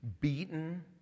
beaten